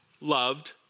loved